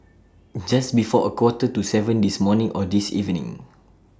Just before A Quarter to seven This morning Or This evening